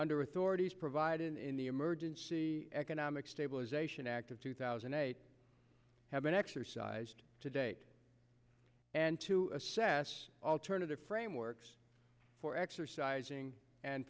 under authorities provided in the emergency economic stabilization act of two thousand and eight have been exercised to date and to assess alternative frameworks for exercising and